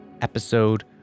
episode